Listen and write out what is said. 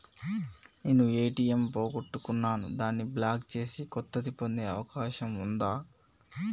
నేను ఏ.టి.ఎం పోగొట్టుకున్నాను దాన్ని బ్లాక్ చేసి కొత్తది పొందే అవకాశం ఉందా?